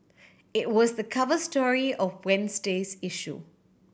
it was the cover story of Wednesday's issue